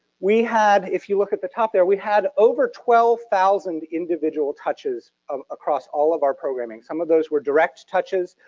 we had if you look at the top there we had over twelve thousand individual touches across all of our programming. some of those were direct touches.